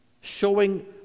showing